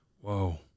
Whoa